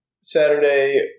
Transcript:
Saturday